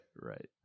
right